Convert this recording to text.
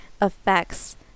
affects